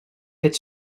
fet